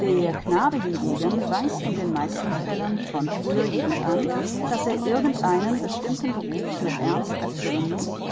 der knabe hingegen weiß in den meisten fällen von früher jugend an daß er irgend einen bestimmten beruf mit ernst erfüllen muß